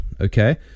okay